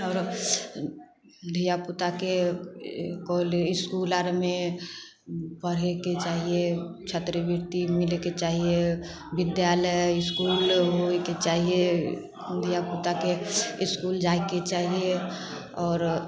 आओर धिआपुताके कोल इसकुल आरमे पढ़ैके चाही छात्रवृति मिलैके चाही विद्यालय इसकुल होइके चाही धिआपुताके इसकुल जाइके चाही आओर